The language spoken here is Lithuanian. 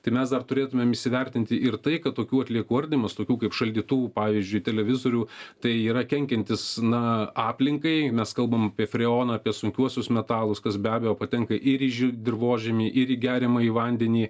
tai mes dar turėtumėm įsivertinti ir tai kad tokių atliekų ardymas tokių kaip šaldytuvų pavyzdžiui televizorių tai yra kenkiantis na aplinkai mes kalbam apie freoną apie sunkiuosius metalus kas be abejo patenka ir į dirvožemį ir į geriamąjį vandenį